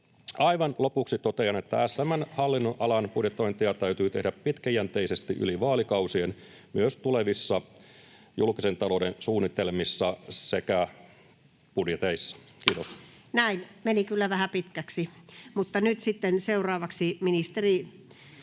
Aivan lopuksi totean, että SM:n hallinnonalan budjetointia täytyy tehdä pitkäjänteisesti yli vaalikausien myös tulevissa julkisen talouden suunnitelmissa sekä budjeteissa. — Kiitos. [Speech 9] Speaker: Anu Vehviläinen